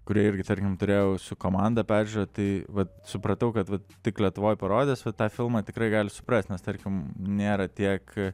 kurie irgi tarkim turėjau su komanda peržiūrą tai vat supratau kad vat tik lietuvoj parodęs va tą filmą tikrai gali suprasti nes tarkim nėra tiek